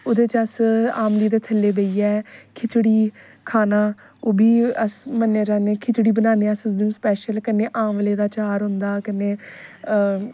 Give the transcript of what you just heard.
ओहदे च अस आमली दे थल्लै बेहियै खिचड़ी खाना ओह्बी अस मन्ने जाने ऐ खिचड़ी बनाने अस उस दिन स्पेशल कन्नै आमली दा चार होंदा कन्नै हां